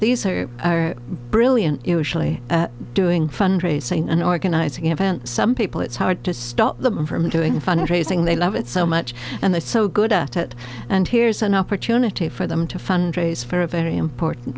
these are brilliant usually doing fundraising and organizing events some people it's hard to stop them from doing fundraising they love it so much and they so good at it and here's an opportunity for them to fundraise for a very important